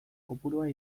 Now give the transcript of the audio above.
kopurua